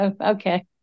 okay